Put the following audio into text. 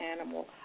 animal